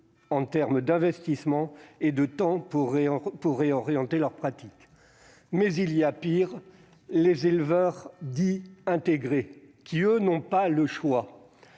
en termes d'investissement et de temps pour réorienter leur pratique. Toutefois, il y a pire : les éleveurs dits « intégrés », qui n'ont pas le choix.